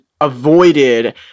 avoided